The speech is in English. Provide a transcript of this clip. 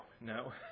No